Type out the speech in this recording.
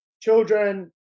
children